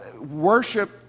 worship